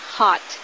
hot